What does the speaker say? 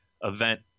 event